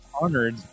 honored